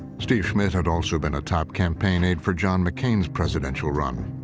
steve schmidt had also been a top campaign aide for john mccain's presidential run.